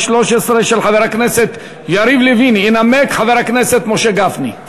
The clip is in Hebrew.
חוק ומשפט לקריאה ראשונה.